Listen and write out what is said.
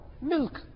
Milk